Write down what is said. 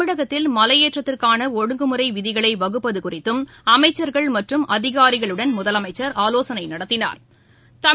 தமிழகத்தில் மலையேற்றத்திற்கான ஒழுங்குமுறை விதிகளை வகுப்பது குறித்தும் அமைச்சா்கள் மற்றும் அதிகாரிகளுடன் முதலமைச்சா் ஆவோசனை நடத்தினாா்